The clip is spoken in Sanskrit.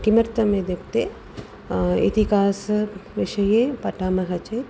किमर्थमित्युक्ते इतिहासविषये पठामः चेत्